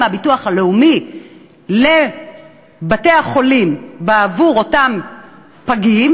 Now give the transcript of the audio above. מהביטוח הלאומי לבתי-החולים בעבור אותם פגים,